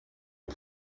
het